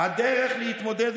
בסדר הדוברים הם בתפילה.